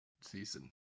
season